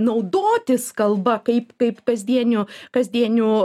naudotis kalba kaip kaip kasdieniu kasdieniu